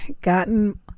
gotten